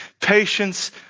patience